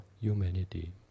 humanity